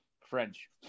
French